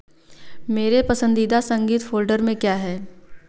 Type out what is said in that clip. मेरे पसंदीदा संगीत फ़ोल्डर में क्या है